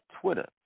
Twitter